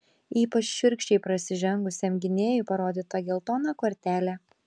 ypač šiurkščiai prasižengusiam gynėjui parodyta geltona kortelė